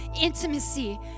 intimacy